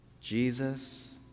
Jesus